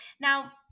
now